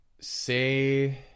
say